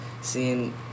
seeing